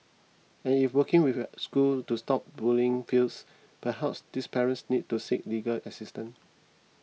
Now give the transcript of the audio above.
and if working with the school to stop bullying fails perhaps these parents need to seek legal assistance